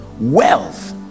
wealth